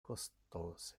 costose